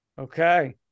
Okay